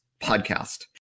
podcast